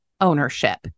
ownership